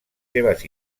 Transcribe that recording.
seves